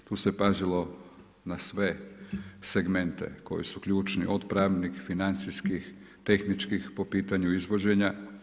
Tu se pazilo na sve segmente koji su ključni, od pravnih, financijskih, tehničkih po pitanju izvođenja.